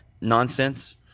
nonsense